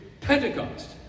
Pentecost